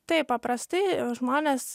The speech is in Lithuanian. taip paprastai žmonės